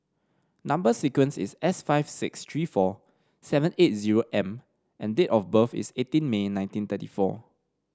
number sequence is S five six three four seven eight zero M and date of birth is eighteen May nineteen thirty four